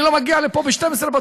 אני לא מגיע לפה ב-12:00.